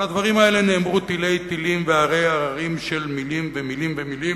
על הדברים האלה נאמרו תלי תלים והרי הררים של מלים ומלים ומלים,